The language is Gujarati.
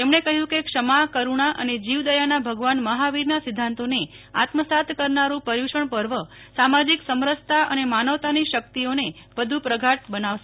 તેમણે કહ્યું કે ક્ષમા કરૂણા અને જીવદયાના ભગવાન મહાવીરના સિધ્ધાંતોને આત્મસાત કરનારૂં પર્થૂષણ પર્વ સામાજીક સમરસતા અને માનવતાની શકિતઓને વધુ પ્રગાઢ બનાવશે